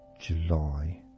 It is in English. July